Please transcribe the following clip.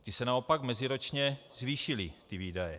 Ty se naopak meziročně zvýšily, ty výdaje.